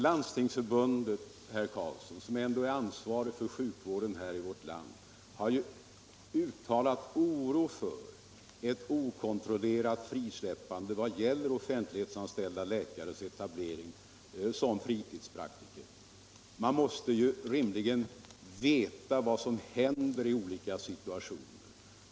Landstingsförbundet, som ändå är ansvarigt för sjukvården här i vårt land, har ju uttalat oro för ett okontrollerat frisläppande när det gäller offentlighetsanställda läkares etablering som fritidspraktiker. Man måste rimligen veta vad som händer i olika situationer.